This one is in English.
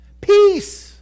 Peace